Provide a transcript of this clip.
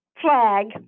flag